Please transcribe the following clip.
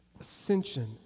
ascension